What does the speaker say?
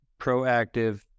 proactive